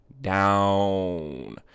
Down